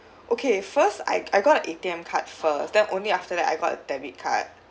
okay first I I got a A_T_M card first then only after that I got a debit card